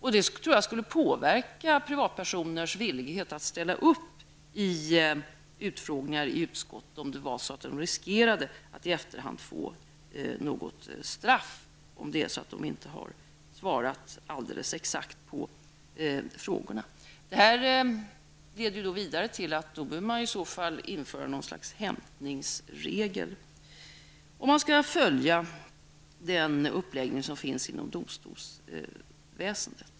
Jag tror att det skulle påverka privatpersoners villighet att ställa upp i utfrågningar i utskott ifall de riskerade att i efterhand få något straff om de inte har svarat alldeles exakt på frågorna. Detta leder vidare till att man skulle behöva införa någon slags hämtningsregel om man skulle följa den uppläggning som finns inom domstolsväsendet.